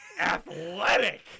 Athletic